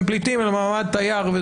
הם פליטים במעמד תייר.